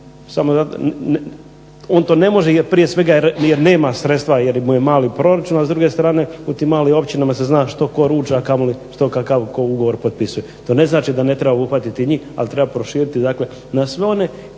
kuna. On to ne može jer prije svega nema sredstva jer mu je mali proračun, a s druge strane u tim malim općinama se zna što tko ruča, a kamoli što kakav tko ugovor potpisuje. To ne znači da ne treba obuhvatiti njih, ali treba proširiti dakle na